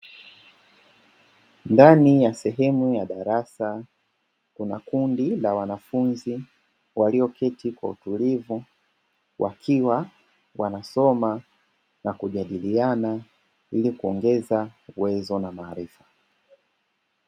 Ndani ya sehemu ya darasa, kuna kundi la wanafunzi walioketi kwa utulivu, wakiwa wanasoma na kujadiliana ili kuongeza uwezo na maarifa.